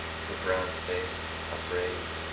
her brown face, upraised,